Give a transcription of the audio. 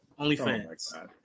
OnlyFans